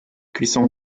cuisson